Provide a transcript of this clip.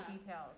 details